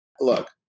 look